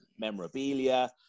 memorabilia